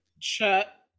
chat